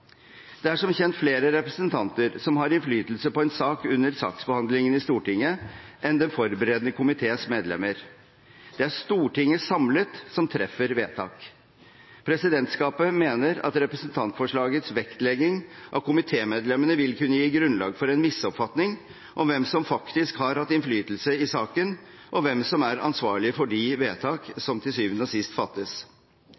Det er som kjent flere representanter som har innflytelse på en sak under saksbehandlingen i Stortinget enn den forberedende komiteens medlemmer. Det er Stortinget samlet som treffer vedtak. Presidentskapet mener at representantforslagets vektlegging av komitémedlemmene vil kunne gi grunnlag for en misoppfatning om hvem som faktisk har hatt innflytelse i saken, og hvem som er ansvarlige for de vedtak